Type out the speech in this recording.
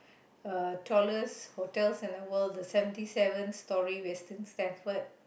uh tallest hotels in the world the seventy seven story with